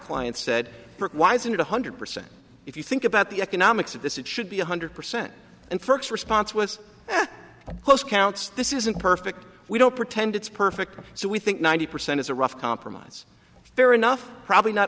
client said why isn't it one hundred percent if you think about the economics of this it should be one hundred percent and first response was post counts this isn't perfect we don't pretend it's perfect so we think ninety percent is a rough compromise fair enough probably not